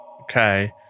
Okay